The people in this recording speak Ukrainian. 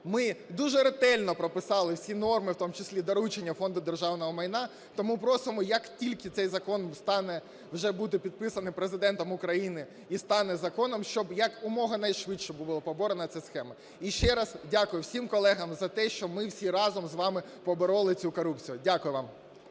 Ми дуже ретельно прописали всі норми, в тому числі доручення Фонду державного майна, тому просимо, як тільки цей закон стане, вже буде підписаний Президентом України і стане законом, щоб якомога найшвидше була поборена ця схема. І ще раз дякую всім колегам за те, що ми всі разом з вами побороли цю корупцію. Дякую вам.